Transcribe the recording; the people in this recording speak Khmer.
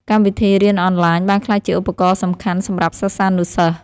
កម្មវិធីរៀនអនឡាញ បានក្លាយជាឧបករណ៍សំខាន់សម្រាប់សិស្សានុសិស្ស។